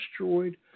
destroyed